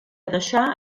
deixar